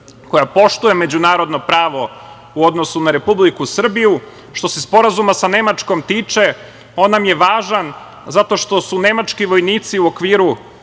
koja poštuje međunarodno pravo u odnosu na Republiku Srbiju. Što se sporazuma sa Nemačkom tiče, on nam je važan, zato što su nemački vojnici u okviru